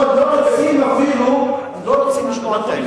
לא רוצים אפילו לשמוע את האמת.